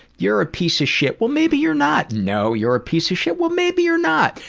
you're a piece of shit. well, maybe you're not! no, you're a piece of shit. well, maybe you're not!